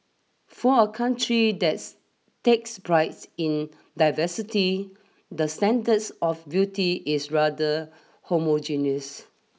for a country thats takes prides in diversity the standards of beauty is rather homogeneous